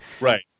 Right